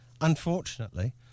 unfortunately